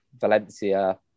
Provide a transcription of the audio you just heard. Valencia